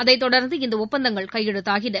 அதைத் தொடர்ந்து இந்த ஒப்பந்தங்கள் கையெழுத்தாகின